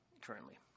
currently